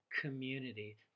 community